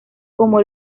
como